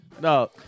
No